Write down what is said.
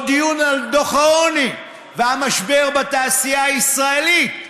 דיון על דוח העוני והמשבר בתעשייה הישראלית,